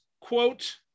quote